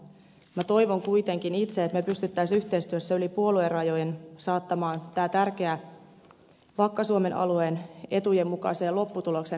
minä toivon kuitenkin itse että me pystyisimme yhteistyössä yli puoluerajojen saattamaan tämän tärkeän asian vakka suomen alueen etujen mukaiseen lopputulokseen